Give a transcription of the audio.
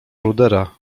rudera